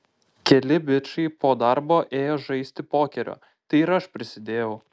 keli bičai po darbo ėjo žaisti pokerio tai ir aš prisidėjau